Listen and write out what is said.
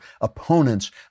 opponents